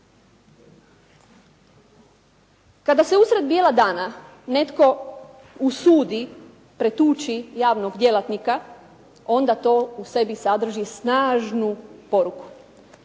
Kada se usred bijela dana netko usudi pretući javnog djelatnika, onda to u sebi sadrži snažnu poruku